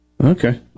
Okay